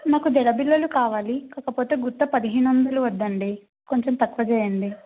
నాకు జడబిళ్ళలు కావాలి కాకపోతే గుత్త పదిహేను వందలు వద్దండి కొంచెం తక్కువ చేయండి